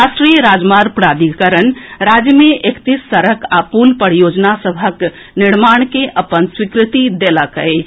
राष्ट्रीय राजमार्ग प्राधिकरण राज्य मे एकतीस सड़क आ पुल परियोजना सभक निर्माण के अपन स्वीकृति देलक अछि